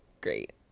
great